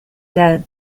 that